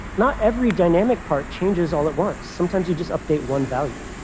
not every dynamic part changes all at once. sometimes you just update one value.